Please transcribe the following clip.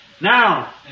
Now